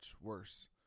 worse